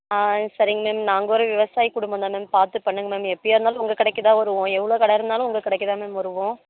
ஆ சரிங்க மேம் நாங்கள் ஒரு விவசாயி குடும்போம்தான் மேம் பார்த்து பண்ணுங்க மேம் எப்படியா இருந்தாலும் உங்கள் கடைக்கு தான் வருவோம் எவ்வளோ கடை இருந்தாலும் உங்கள் கடைக்கு தான் மேம் வருவோம்